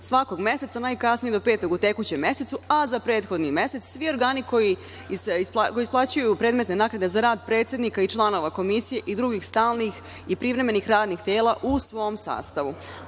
svakog meseca najkasnije do petog u tekućem mesecu, a za prethodni mesec svi organi koji isplaćuju predmetne naknade za rad predsednika i članova komisije i drugih stalnih i privremenih radnih tela u svom sastavu.U